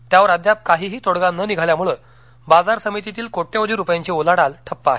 त्यावर अद्याप काहीही तोडगा न निघाल्यामुळे बाजार समितीतील कोट्यवधी रुपयांची उलाढाल ठप्प आहे